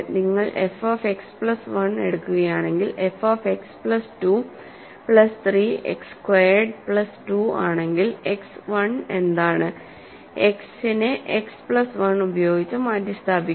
നിങ്ങൾ f of x plus 1 എടുക്കുകയാണെങ്കിൽ f of x x 2 plus 3 x squared plus 2 ആണെങ്കിൽ x 1 എന്താണ് x നെ എക്സ് പ്ലസ് 1 ഉപയോഗിച്ച് മാറ്റിസ്ഥാപിക്കുക